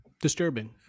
Disturbing